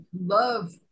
love